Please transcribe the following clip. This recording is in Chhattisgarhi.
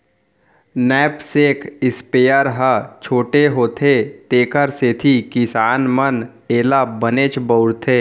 नैपसेक स्पेयर ह छोटे होथे तेकर सेती किसान मन एला बनेच बउरथे